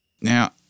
Now